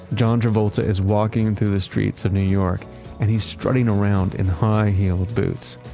john travolta is walking through the streets of new york and he's strutting around in high-heeled boots.